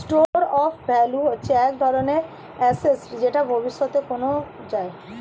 store of value হচ্ছে এক ধরনের অ্যাসেট যেটা ভবিষ্যতে কেনা যায়